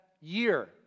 year